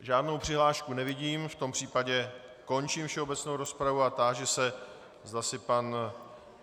Žádnou přihlášku nevidím, v tom případě končím všeobecnou rozpravu a táži se, zda si pan